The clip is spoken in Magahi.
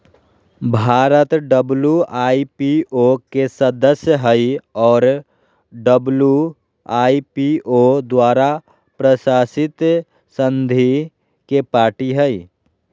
भारत डब्ल्यू.आई.पी.ओ के सदस्य हइ और डब्ल्यू.आई.पी.ओ द्वारा प्रशासित संधि के पार्टी हइ